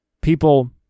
People